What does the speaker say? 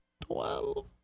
Twelve